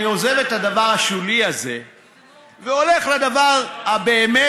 אני עוזב את הדבר השולי הזה והולך לדבר הבאמת-עקרוני,